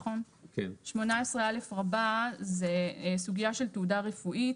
18א רבה זה סוגיה של תעודה רפואית.